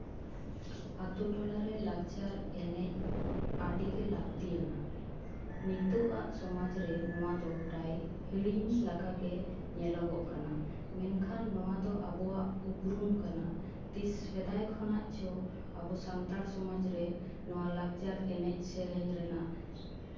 ᱟᱛᱳ ᱴᱚᱞᱟ ᱨᱮ ᱞᱟᱠᱪᱟᱨ ᱮᱱᱮᱡ ᱟᱹᱰᱤᱜᱮ ᱞᱟᱹᱠᱛᱤᱭᱟᱱᱟ ᱱᱤᱛᱚᱜ ᱟᱜ ᱥᱚᱢᱟᱡᱽ ᱨᱮ ᱱᱚᱣᱟ ᱫᱚ ᱯᱨᱟᱭ ᱦᱤᱲᱤᱧ ᱞᱮᱠᱟ ᱜᱮ ᱧᱮᱞᱚᱜᱚᱜ ᱠᱟᱱᱟ ᱢᱮᱱᱠᱷᱟᱱ ᱱᱚᱣᱟ ᱫᱚ ᱟᱵᱚᱣᱟᱜ ᱩᱯᱨᱩᱢ ᱠᱟᱱᱟ ᱛᱤᱥ ᱥᱮᱫᱟᱭ ᱠᱷᱚᱱᱟᱜ ᱪᱚ ᱟᱵᱚ ᱥᱟᱱᱛᱟᱲ ᱥᱚᱢᱟᱡᱽ ᱨᱮ ᱱᱚᱣᱟ ᱞᱟᱠᱪᱟᱨ ᱮᱱᱮᱡ ᱥᱮᱨᱮᱧ ᱨᱮᱱᱟᱜ